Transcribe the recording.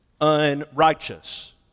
Unrighteous